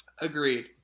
Agreed